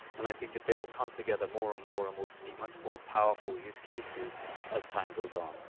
and i think that they will come together more and more, and we'll see much more powerful use cases as time goes on.